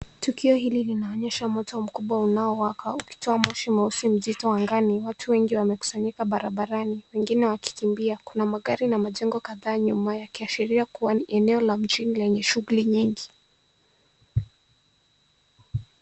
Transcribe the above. Tukio hili linaonyesha moto mkubwa unaowaka ukitoa moshi mweusi mzito angani. Watu wengi wamekusanyika barabarani wengine wakikimbia. Kuna magari na majengo kadhaa nyuma yakiashiria kuwa ni eneo la mjini lenye shughuli nyingi.